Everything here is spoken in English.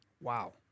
Wow